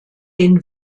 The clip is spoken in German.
den